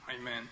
Amen